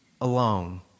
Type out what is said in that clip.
alone